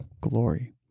glory